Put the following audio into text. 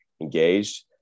engaged